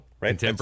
right